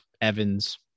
Evans